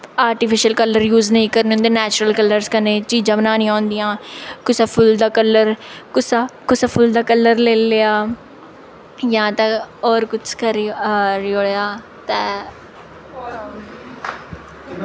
artificial colour use नेईं करने होंदे नैचुरल कल्लर्स कन्नै चीजां बनानियां होंदियां कुसै फुल्ल दा कल्लर कुसै कुसै फुल्ल दा कल्लर लेई लेआ जां ते होर कुछ करी ओड़ेआ ते